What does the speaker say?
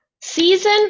Season